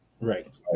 Right